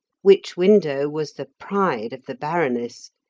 which window was the pride of the baroness,